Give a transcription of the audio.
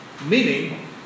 Meaning